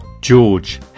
George